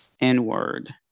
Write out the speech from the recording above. inward